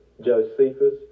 Josephus